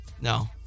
No